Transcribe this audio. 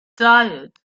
tired